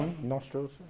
nostrils